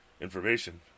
information